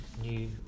new